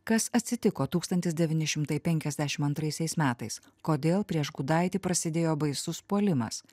kas atsitiko tūkstantis devyni šimtai penkiasdešim antraisiais metais kodėl prieš gudaitį prasidėjo baisus puolimas